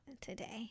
today